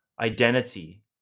identity